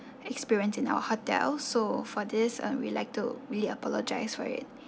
experience in our hotel so for this uh we'd like to really apologize for it